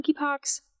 monkeypox